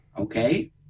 okay